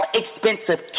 expensive